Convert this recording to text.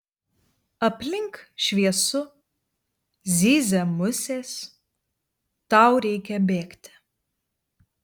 aplink šviesu zyzia musės tau reikia bėgti